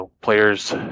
players